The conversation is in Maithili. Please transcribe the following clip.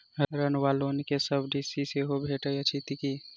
ऋण वा लोन केँ सब्सिडी सेहो भेटइत अछि की?